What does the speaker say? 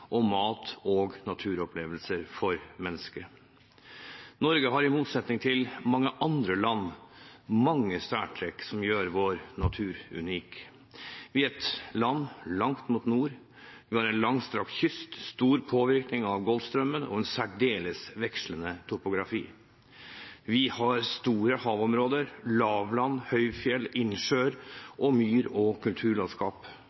og mat og naturopplevelser for mennesket. Norge har i motsetning til mange andre land mange særtrekk som gjør vår natur unik. Vi er et land langt mot nord, vi har en langstrakt kyst, stor påvirkning av Golfstrømmen og en særdeles vekslende topografi. Vi har store havområder, lavland, høyfjell,